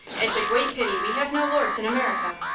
it's a gweat pity we have no lords in america.